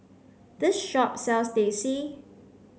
this shop sells Teh C